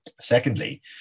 Secondly